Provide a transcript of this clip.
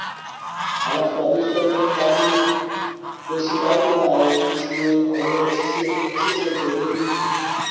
खाना स्वादिष्ट हो ताकि कोई शिकायत न आए इसलिए हम लोग अच्छे से अच्छे से ट्रेनिंग